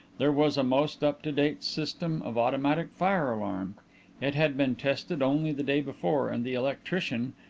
there was a most up-to-date system of automatic fire alarm it had been tested only the day before and the electrician,